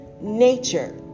nature